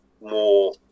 more